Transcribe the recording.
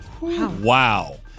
Wow